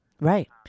right